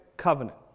covenant